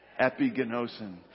epigenosin